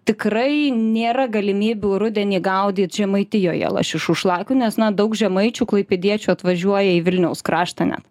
tikrai nėra galimybių rudenį gaudyt žemaitijoje lašišų šlakų nes na daug žemaičių klaipėdiečių atvažiuoja į vilniaus kraštą net